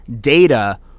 data